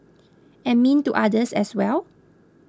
and mean to others as well